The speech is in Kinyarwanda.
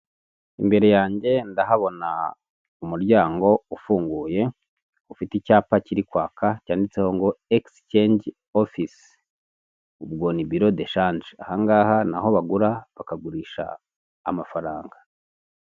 Imbere yanjye ndahabona umuryango ufunguye, ufite icyapa kiri kwaka cyanditseho ngo egisicenji ofisi. Ubwo ni biro deshanje. Aha ngaha ni aho bagura, bakagurisha amafaranga.